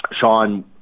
Sean